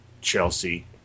Chelsea